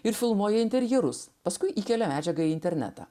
ir filmuoja interjerus paskui įkelia medžiaga į internetą